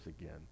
again